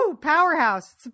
powerhouse